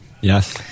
Yes